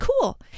cool